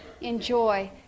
enjoy